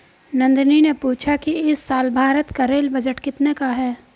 नंदनी ने पूछा कि इस साल भारत का रेल बजट कितने का है?